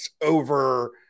over